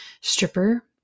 stripper